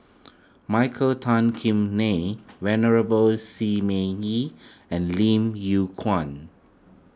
Michael Tan Kim Nei Venerable Shi Ming Yi and Lim Yew Kuan